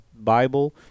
Bible